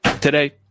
today